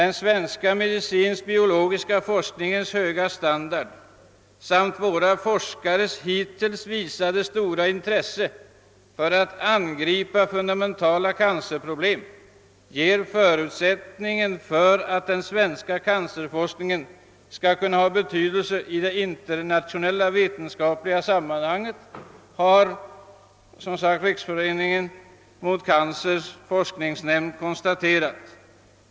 Den svenska medicinsk-biologiska forskningens höga standard samt våra forskares hittills visade stora intresse att angripa fundamentala cancerproblem ger förutsättningen för att den svenska cancerforskningen skall kunna ha betydelse i det internationella vetenskapliga sammanhanget. Detta har som sagt Riksföreningens forskningsnämnd konstaterat.